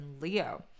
Leo